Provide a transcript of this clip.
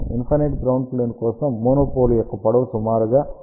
infinite ground plane కోసం monopole యొక్క పొడవు సుమారు గా λ 4